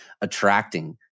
attracting